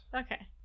Okay